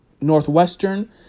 Northwestern